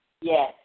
Yes